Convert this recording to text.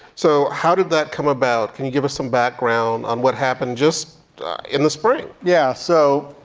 so how did that come about? can you give us some background on what happened just in the spring? yeah so,